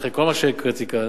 אחרי כל מה שהקראתי כאן,